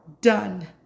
done